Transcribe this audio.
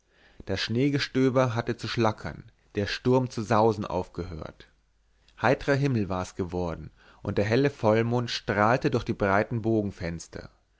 das schneegestöber hatte zu schlackern der sturm zu sausen aufgehört heitrer himmel war's geworden und der helle vollmond strahlte durch die breiten